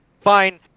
fine